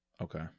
Okay